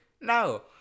No